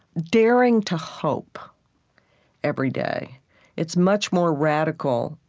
daring to hope every day it's much more radical,